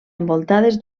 envoltades